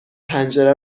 پنجره